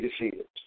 defeated